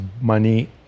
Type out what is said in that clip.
money